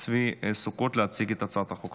צבי סוכות להציג את הצעת החוק,